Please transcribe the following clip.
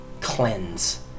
cleanse